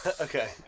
Okay